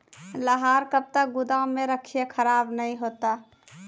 लहार कब तक गुदाम मे रखिए खराब नहीं होता?